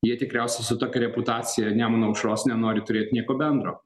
jie tikriausiai su tokia reputacija nemuno aušros nenori turėt nieko bendro